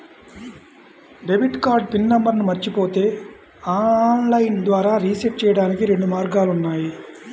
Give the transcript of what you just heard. debit card PIN నంబర్ను మరచిపోతే online ద్వారా రీసెట్ చెయ్యడానికి రెండు మార్గాలు ఉన్నాయి